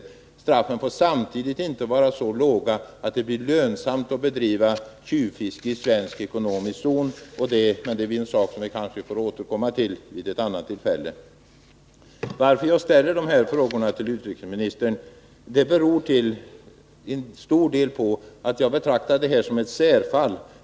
Penningstraffet får inte vara så lågt att det blir lönsamt att bedriva tjuvfiske i svensk ekonomisk zon, men den saken kanske vi får återkomma till vid något annat tillfälle. Att jag ställt dessa frågor till utrikesministern beror till stor del på att jag betraktar det inträffade som ett särfall.